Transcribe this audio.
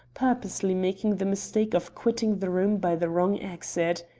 purposely making the mistake of quitting the room by the wrong exit.